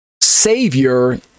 Savior